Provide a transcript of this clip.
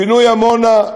פינוי עמונה,